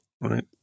right